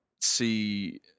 See